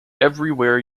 everywhere